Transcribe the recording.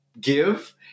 give